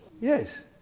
Yes